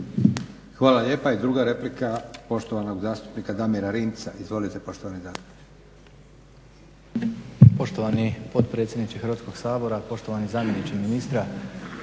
Hvala lijepa. I druga replika, poštovanog zastupnika Damira Rimca. Izvolite poštovani